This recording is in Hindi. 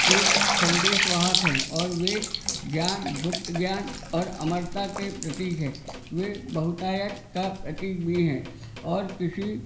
के सन्देश वाहक है और वे ज्ञान गुप्त ज्ञान और अमरता के प्रतीक है वे बहुतायक का प्रतीक भी है और किसी